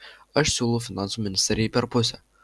aš siūlau finansų ministerijai per pusę